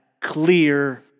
clear